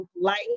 light